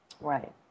Right